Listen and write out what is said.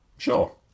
Sure